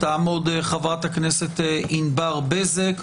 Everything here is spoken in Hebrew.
תעמוד חברת הכנסת ענבר בזק,